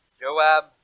Joab